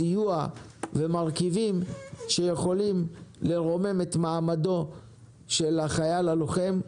סיוע ומרכיבים שיכולים לרומם את מעמדו של החייל הלוחם,